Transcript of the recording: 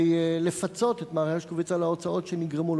לפצות את מר הרשקוביץ על ההוצאות שנגרמו לו.